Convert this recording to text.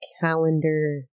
calendar